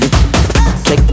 take